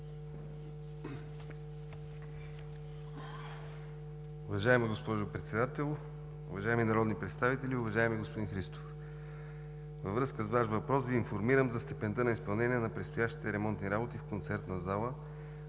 Във връзка с Вашия въпрос Ви информирам за степента на изпълнение на предстоящите ремонтни работи в Концертна зала